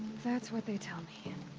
that's what they tell me. and